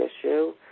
issue